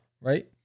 right